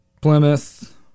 Plymouth